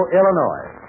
Illinois